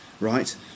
right